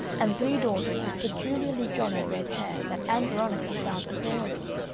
and three daughters with peculiarly jolly red hair that ann veronica found adorable.